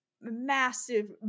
massive